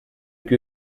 que